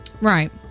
Right